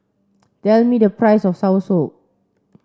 tell me the price of Soursop